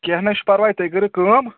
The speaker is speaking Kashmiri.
کینٛہہ نہٕ حظ چھِ پَرواے تُہۍ کٔرِو کٲم